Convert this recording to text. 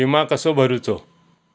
विमा कसो भरूचो?